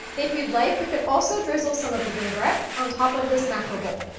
if you'd like, you could also drizzle some of the vinaigrette on top of this macro bowl.